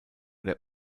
der